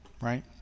right